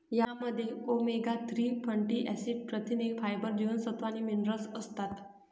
यामध्ये omega three fatty acid, प्रथिने, fibre, जीवनसत्व आणि मिनरल्स असतात